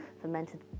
fermented